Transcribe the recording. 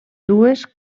dues